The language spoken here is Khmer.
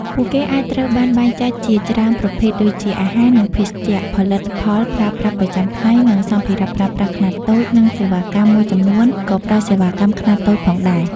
ពួកគេអាចត្រូវបានបែងចែកជាច្រើនប្រភេទដូចជា អាហារ និងភេសជ្ជៈ ផលិតផលប្រើប្រាស់ប្រចាំថ្ងៃ និងសម្ភារៈប្រើប្រាស់ខ្នាតតូច និងសេវាកម្ម មួយចំនួនក៏ផ្តល់សេវាកម្មខ្នាតតូចផងដែរ ។